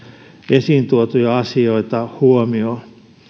esiin tuotuja asioita huomioon